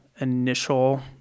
initial